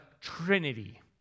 Trinity